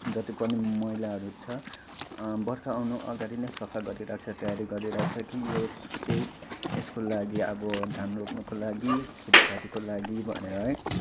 जति पनि मैलाहरू छ बर्खा आउन अगाडि नै सफा गरिराख्छ तयारी गरिराख्छ कि यो चाहिँ यसको लागि अब धान रोप्नुको लागि खेतीपातीको लागि भनेर है